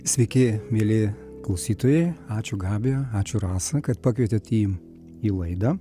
sveiki mieli klausytojai ačiū gabija ačiū rasa kad pakvietėt į į laidą